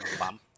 bump